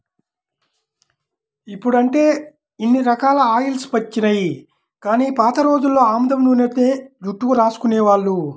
ఇప్పుడంటే ఇన్ని రకాల ఆయిల్స్ వచ్చినియ్యి గానీ పాత రోజుల్లో ఆముదం నూనెనే జుట్టుకు రాసుకునేవాళ్ళు